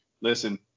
listen